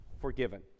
forgiven